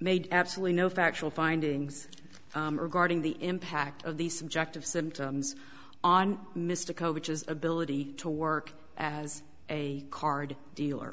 made absolutely no factual findings regarding the impact of these subjective symptoms on mr coe which is ability to work as a card dealer